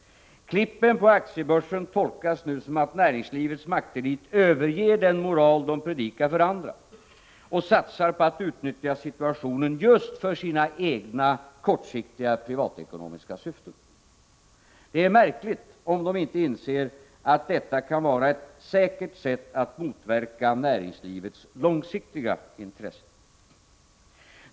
Klippen på aktiebörsen tolkas nu så att näringslivets maktelit överger den moral de predikar för andra och satsar på att utnyttja situationen just för sina egna kortsiktiga, privatekonomiska syften. Det är märkligt om de inte inser att detta kan vara ett säkert sätt att motverka näringslivets långsiktiga intressen.